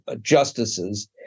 justices